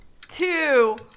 two